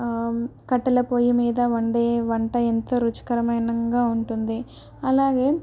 కట్టెల పొయ్యి మీద వండే వంట ఎంతో రుచికరమైనదిగా ఉంటుంది అలాగే